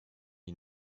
die